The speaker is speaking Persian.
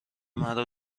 مرا